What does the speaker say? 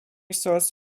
source